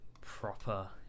proper